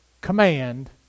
command